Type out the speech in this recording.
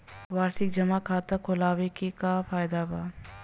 वार्षिकी जमा वाला खाता खोलवावे के का फायदा बा?